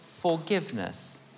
forgiveness